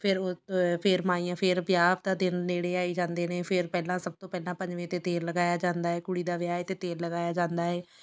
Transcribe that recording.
ਫਿਰ ਉਹ ਫਿਰ ਮਾਈਆਂ ਫਿਰ ਵਿਆਹ ਦਾ ਦਿਨ ਨੇੜੇ ਆਈ ਜਾਂਦੇ ਨੇ ਫਿਰ ਪਹਿਲਾਂ ਸਭ ਤੋਂ ਪਹਿਲਾਂ ਪੰਜਵੇਂ 'ਤੇ ਤੇਲ ਲਗਾਇਆ ਜਾਂਦਾ ਹੈ ਕੁੜੀ ਦਾ ਵਿਆਹ ਏ ਅਤੇ ਤੇਲ ਲਗਾਇਆ ਜਾਂਦਾ ਏ